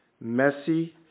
messy